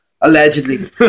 allegedly